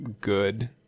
good